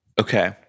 Okay